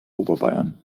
oberbayern